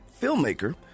filmmaker